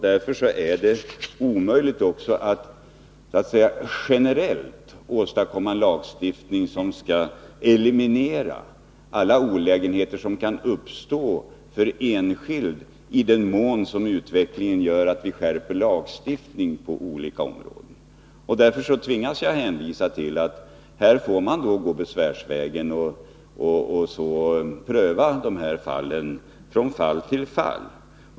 Därför är det också omöjligt att generellt åstadkomma en lagstiftning som eliminerar alla olägenheter som kan uppstå för enskilda på grund av att vi skärper lagstiftningen på olika områden. Jag tvingas därför hänvisa till att man här får gå besvärsvägen. Prövning sker då från fall till fall.